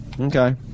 Okay